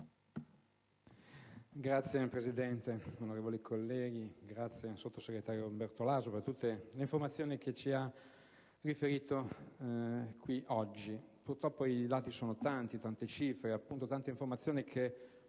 Signora Presidente, onorevoli colleghi, ringrazio il sottosegretario Bertolaso per tutte le informazioni che ci ha riferito qui oggi. Purtroppo, i dati sono tanti; tante le cifre e le informazioni che